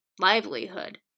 livelihood